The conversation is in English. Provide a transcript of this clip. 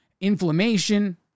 inflammation